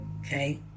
Okay